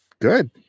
Good